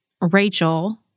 Rachel